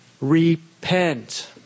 Repent